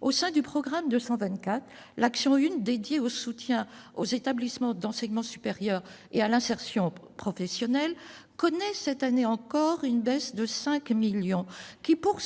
Au sein du programme 224, l'action n° 01, Soutien aux établissements d'enseignement supérieur et insertion professionnelle, connaît cette année encore une baisse de 5 millions d'euros ;